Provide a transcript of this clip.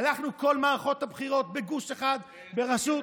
הלכנו בכל מערכות הבחירות בגוש אחד בראשות,